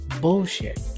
bullshit